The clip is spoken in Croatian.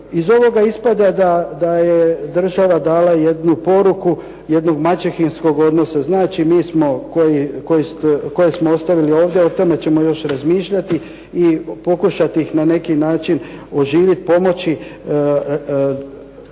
Iz ovoga ispada da je država dala jednu poruku, jednog maćehinskog odnosa, znači mi smo koje smo ostavili ovdje o tome ćemo još razmišljati i pokušati ih na neki način oživjet, pomoći,